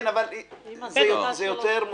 כן, אבל זה מורכב יותר.